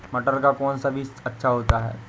मटर का कौन सा बीज अच्छा होता हैं?